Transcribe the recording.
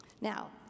Now